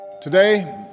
Today